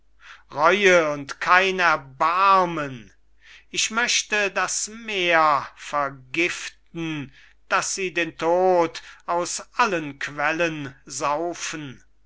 reue und keine gnade oh ich möchte den ocean vergiften daß sie den tod aus allen quellen saufen